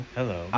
Hello